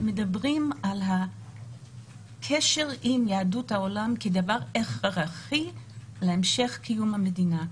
מדברים על הקשר עם יהדות העולם כדבר הכרחי להמשך קיום המדינה.